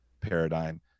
paradigm